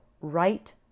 right